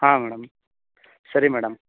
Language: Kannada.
ಹಾಂ ಮೇಡಮ್ ಸರಿ ಮೇಡಮ್